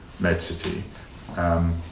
MedCity